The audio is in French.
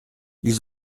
ils